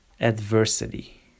adversity